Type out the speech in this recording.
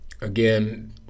again